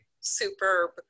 Superb